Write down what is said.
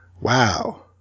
Wow